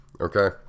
Okay